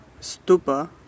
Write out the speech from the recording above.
Stupa